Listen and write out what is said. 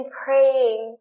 praying